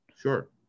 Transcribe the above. sure